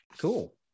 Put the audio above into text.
cool